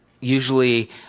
usually